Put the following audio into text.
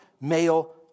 male